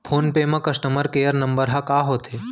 Phone पे म customer care number ह का होथे?